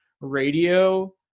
radio